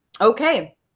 Okay